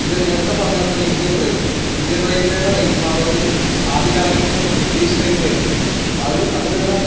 പിന്നെ നേരത്തെ പറഞ്ഞത് പോലെതന്നെ ഇന്ത്യന് റെയില്വേ ഇന്ത്യന് റെയില്വേയുടെ റെയില് പാതകൾ ആദ്യ കാലഘട്ടങ്ങളിൽ ബ്രിട്ടീഷ് റെയില്വേ ആയിരുന്നു അത് അതിനുള്ള